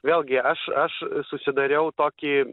vėlgi aš aš susidariau tokį